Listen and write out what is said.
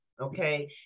Okay